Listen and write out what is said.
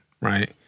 right